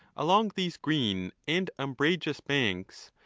along these green and umbrageous banks,